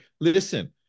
listen